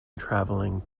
travelling